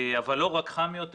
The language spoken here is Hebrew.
אבל לא רק חם יותר,